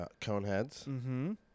Coneheads